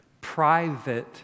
private